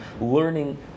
learning